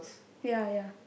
ya ya